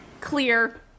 clear